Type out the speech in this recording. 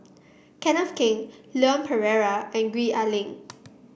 Kenneth Keng Leon Perera and Gwee Ah Leng